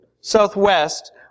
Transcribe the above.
southwest